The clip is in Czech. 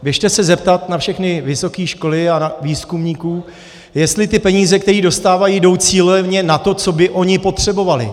Běžte se zeptat na všechny vysoké školy a výzkumníků, jestli ty peníze, které dostávají, jdou cíleně na to, co by oni potřebovali.